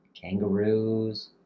kangaroos